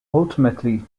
ultimately